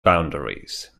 boundaries